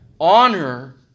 honor